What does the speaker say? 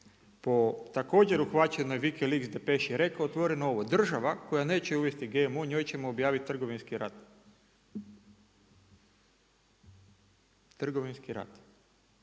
po također uhvaćenoj …/Govornik se ne razumije./… je rekao otvoreno ovo: „Država koja neće uvesti GMO, njoj ćemo objaviti trgovinski rat.“ Trgovinski rat,